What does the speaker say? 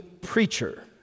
preacher